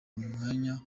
umwanya